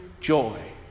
joy